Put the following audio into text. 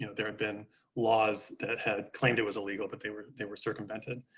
know, there had been laws that had claimed it was illegal, but they were they were circumvented.